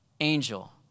angel